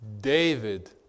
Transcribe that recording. David